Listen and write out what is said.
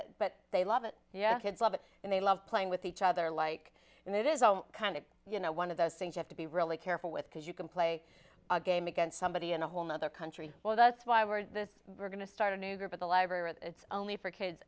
it but they love it yeah kids love it and they love playing with each other like it is all kind of you know one of those things have to be really careful with because you can play a game against somebody in a whole nother country well that's why we're going to start a new group at the library where it's only for kids